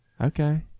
Okay